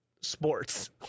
sports